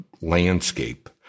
landscape